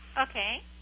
Okay